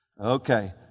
Okay